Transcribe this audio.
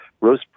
rose